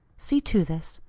see to this.